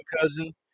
cousin